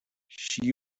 she